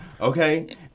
Okay